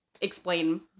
explain